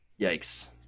Yikes